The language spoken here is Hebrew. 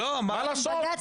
מה לעשות?